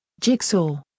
Jigsaw